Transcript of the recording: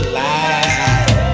life